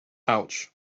ouch